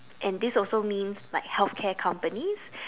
and this also means like healthcare companies